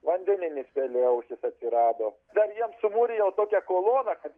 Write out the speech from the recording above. vandeninis pelėausis atsirado dar jiem sumūrijau tokią koloną kad